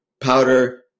powder